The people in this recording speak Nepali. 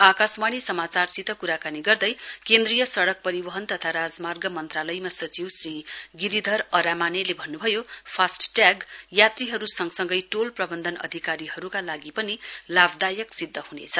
आकाशवाणी समाचारसित क्राकानी गर्दै केन्द्रीय सड़क परिवहन तथा राजमार्ग मन्त्रालयमा सचिव श्री गिरिधर अरामानेले भन्न्भयोफास्टैग यात्रीहरु सँगसँगै टोल प्रबन्धन अधिकारीहरुका लागि पनि लाभदायक सिद्य ह्नेछ